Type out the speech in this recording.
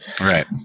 Right